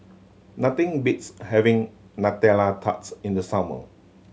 nothing beats having nutella tarts in the summer